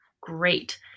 great